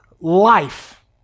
life